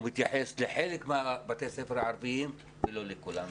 מתייחס לחלק מבתי הספר הערביים ולא לכולם.